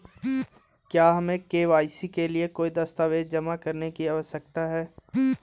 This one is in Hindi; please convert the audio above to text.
क्या हमें के.वाई.सी के लिए कोई दस्तावेज़ जमा करने की आवश्यकता है?